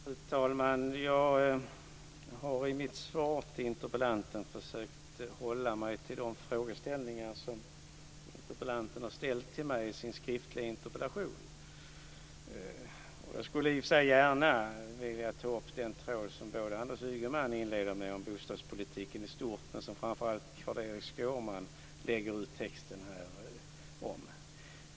Fru talman! Jag har i mitt svar till interpellanten försökt hålla mig till de frågeställningar som interpellanten har ställt till mig i sin skriftliga interpellation. Jag skulle i och för sig vilja ta upp den tråd om bostadspolitiken i stort som Anders Ygeman inleder med men som framför allt Carl-Erik Skårman här lägger ut texten om.